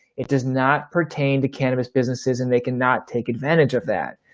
it does not pertain to cannabis businesses and they can not take advantage of that.